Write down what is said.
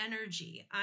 energy